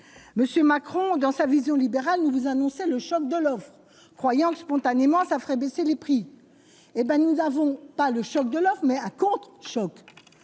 Macron dans sa vision libérale nous vous annoncer le choc de l'offre et croyant spontanément, ça ferait baisser les prix, hé ben nous avons pas le choc de l'homme mais un conte choc